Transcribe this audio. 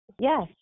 Yes